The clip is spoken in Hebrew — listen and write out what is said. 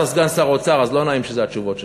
אתה סגן שר האוצר, אז לא נעים שזה התשובות שלך.